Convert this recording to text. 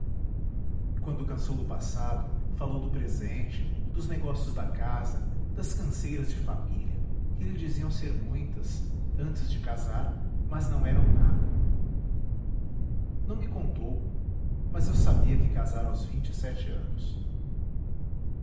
quando cansou do passado falou do presente dos negócios da casa das canseiras de família que lhe diziam ser muitas antes de casar mas não eram nada não me contou mas eu sabia que casara aos vinte e sete anos